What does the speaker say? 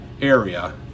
area